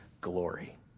glory